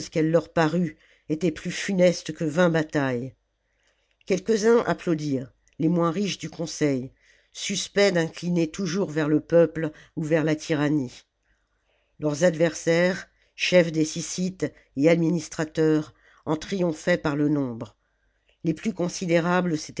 leur parût était plus funeste que vmgt batailles quelques-uns applaudirent les moms riches du conseil suspects d'inclmer toujours vers le peuple ou vers la tyrannie leurs adversaires chefs des sjssites et administrateurs en triomphaient par le nombre les plus considérables